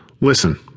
Listen